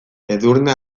edurne